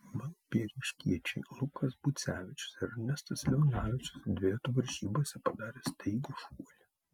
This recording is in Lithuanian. balbieriškiečiai lukas bucevičius ir ernestas leonavičius dvejetų varžybose padarė staigų šuolį